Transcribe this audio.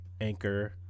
Anchor